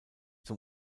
zum